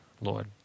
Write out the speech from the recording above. Lord